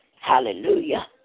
Hallelujah